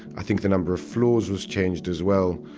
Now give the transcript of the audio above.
i think the number of floors was changed as well.